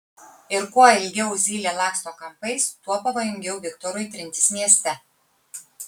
ir kuo ilgiau zylė laksto kampais tuo pavojingiau viktorui trintis mieste